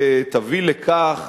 ותביא לכך,